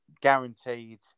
guaranteed